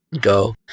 go